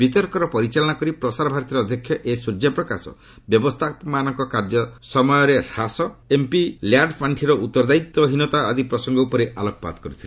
ବିତର୍କର ପରିଚାଳନା କରି ପ୍ରସାର ଭାରତୀର ଅଧ୍ୟକ୍ଷ ଏ ସ୍ୱର୍ଯ୍ୟପ୍ରକାଶ ବ୍ୟବସ୍ଥାପକମାନଙ୍କ କାର୍ଯ୍ୟ ସମୟରେ ହ୍ରାସ ଏମ୍ପିଲ୍ୟାଡ୍ ପାର୍ଷିର ଉତ୍ତରଦାୟିତ୍ୱହୀନତା ଆଦି ପ୍ରସଙ୍ଗ ଉପରେ ଆଲୋକପାତ କରିଥିଲେ